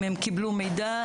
אם הם קיבלו מידע,